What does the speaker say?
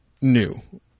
new